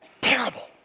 Terrible